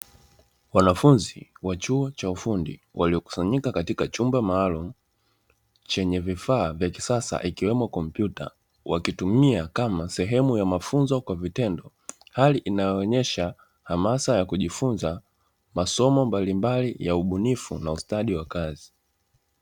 Wanafunzi wa chuo cha ufundi waliokusanyika katika chumba maalumu chenye vifaa vya kisasa ikiwemo kompyuta, wakitumia kama sehemu ya mafunzo kwa vitendo, hali inayoonyesha hamasa ya kujifunza masomo mbalimbali ya ubunifu na ustadi wa kazi.